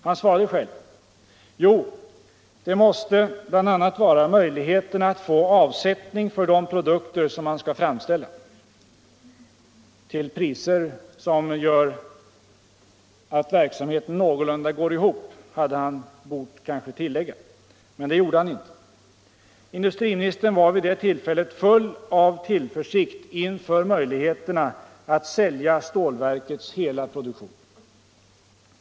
Han svarade själv: ”Jo, det måste ju bl.a. vara möjligheterna att få avsättning för de produkter som man skall framställa.” Till priser som gör att verksamheten någorlunda går ihop, hade han kanske bort tillägga, men han gjorde det inte. Industriministern var vid det tillfället full av tillförsikt inför möjligheterna att sälja stålverkets hela produktion.